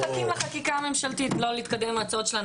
מחכים לחקיקה הממשלתית ולא להתקדם עם ההצעות שלנו